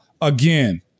Again